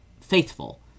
faithful